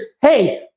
hey